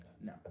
No